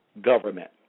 Government